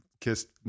kissed